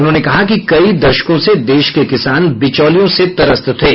उन्होंने कहा कि कई दशकों से देश के किसान बिचौलियों से त्रस्त थे